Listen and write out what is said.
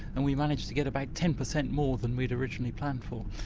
and we managed to get about ten percent more than we'd originally planned for.